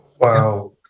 Wow